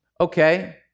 Okay